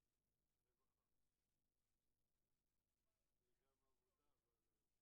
09:03. בוקר טוב לכולם.